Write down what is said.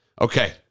Okay